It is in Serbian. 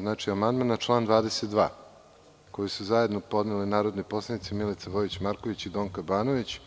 Znači, amandman na član 22. koji su zajedno podneli narodni poslanici Milica Vojić Marković i Donka Banović,